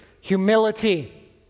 humility